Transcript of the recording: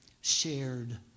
shared